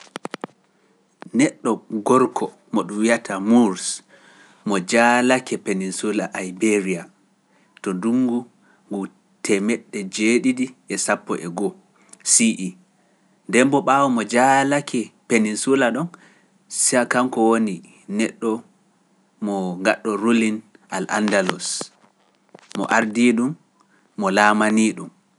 Neɗɗo gorko mo ɗum wiyata Mours mo jaalake penisula Ayberiya to ndungu ngu temetee jeeɗiɗi e sappo e goo, Si'i, demmbo ɓaawo mo jaalake penisula ɗo, siya kanko woni neɗɗo mo gaɗɗo Rulin al-Andalus mo ardii ɗum mo laamani ɗum.